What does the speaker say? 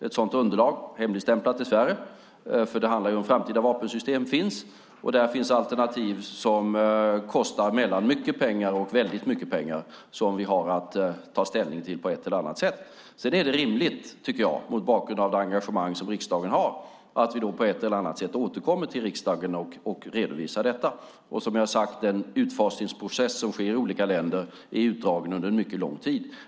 Ett sådant underlag, hemligstämplat dess värre eftersom det handlar om framtida vapensystem, finns. Där finns alternativ som kostar mellan mycket pengar och väldigt mycket pengar, som vi har att ta ställning till på ett eller annat sätt. Sedan är det rimligt, tycker jag mot bakgrund av det engagemang som riksdagen har, att vi på ett eller annat sätt återkommer till riksdagen och redovisar detta. Som jag har sagt är den utfasningsprocess som sker i olika länder utdragen och tar mycket lång tid.